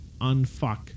unfuck